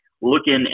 Looking